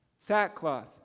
Sackcloth